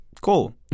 cool